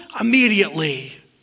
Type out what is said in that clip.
immediately